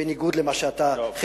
בניגוד למה שאתה,